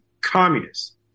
communists